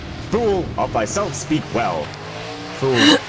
fool, of thyself speak well fool,